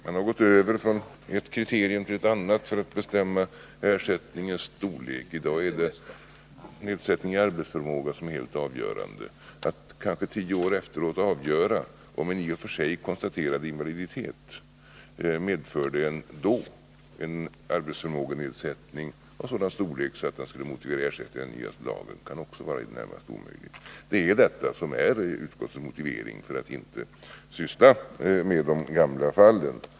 Man har gått över från ett kriterium till ett annat för att bestämma ersättningens storlek — i dag är det nedsättningen i arbetsförmåga som är helt avgörande. Att kanske tio år efteråt avgöra om en i och för sig konstaterad invaliditet då den inträffade medförde en arbetsförmågenedsättning av sådan storlek, att den skulle medge ersättning enligt den nya lagen kan också vara i det närmaste omöjligt. Det är detta som är utskottets motivering för att inte syssla med de gamla fallen.